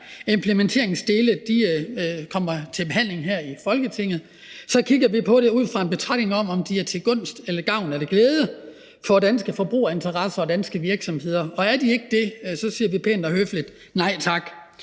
implementeringsdele kommer til behandling her i Folketinget, kigger vi på det ud fra en betragtning om, om de er til gunst, gavn og glæde for danske forbrugerinteresser og danske virksomheder, og er de ikke det, siger vi pænt og høfligt nej tak.